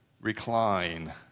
recline